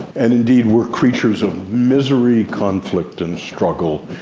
and indeed we're creatures of misery, conflict and struggle,